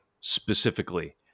specifically